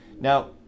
Now